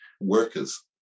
workers